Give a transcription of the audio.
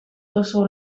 duzu